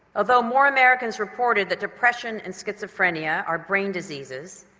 although more americans reported that depression and schizophrenia are brain diseases,